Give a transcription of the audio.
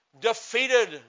defeated